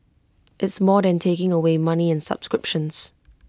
it's more than taking away money and subscriptions